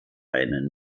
eine